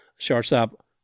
Shortstop